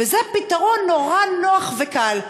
וזה פתרון נורא נוח וקל.